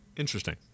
interesting